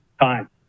time